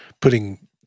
putting